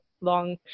long